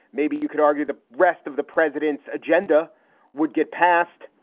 maybe you could argue the rest of the president's agenda would get passed.